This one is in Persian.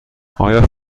آیا